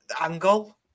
Angle